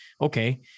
okay